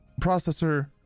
processor